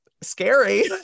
scary